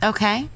Okay